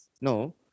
No